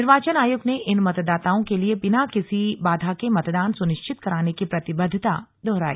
निर्वाचन आयोग ने इन मतदाताओं के लिए बिना किसी बाधा के मतदान सुनिश्चित कराने की प्रतिबद्धता दोहराई